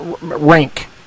rank